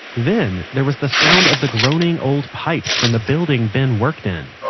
then there was the sound of the groaning old pipes from the building ben worked in.